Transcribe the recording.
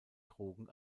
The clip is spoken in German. drogen